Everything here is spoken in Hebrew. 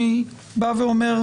אני בא ואומר,